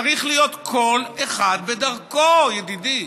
צריך להיות כל אחד בדרכו, ידידי.